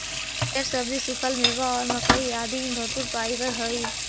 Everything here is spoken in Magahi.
हरिअर सब्जि, सूखल मेवा और मक्कइ आदि में भरपूर फाइवर हई